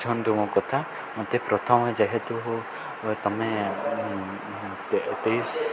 ବୁଝନ୍ତୁ ମୋ କଥା ମୋତେ ପ୍ରଥମେ ଯେହେତୁ ତମେ ତେଇଶି